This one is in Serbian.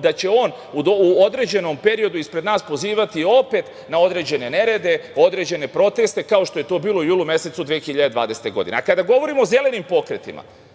da će on u određenom periodu ispred nas pozivati opet na određene nerede, na određene proteste, kao što je to bilo u julu mesecu 2020. godine. Kada govorimo o tim zelenim pokretima,